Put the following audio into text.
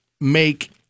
make